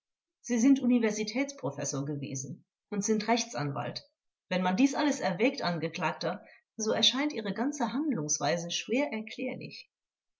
sie sind universitätsprofessor gewesen und sind rechtsanwalt wenn man dies alles erwägt angeklagter so erscheint ihre ganze handlungsweise schwer erklärlich